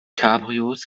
cabrios